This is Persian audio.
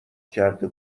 کرده